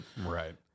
right